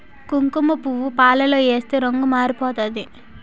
కుంకుమపువ్వు పాలలో ఏస్తే రంగు మారిపోతాది